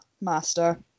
Master